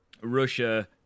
Russia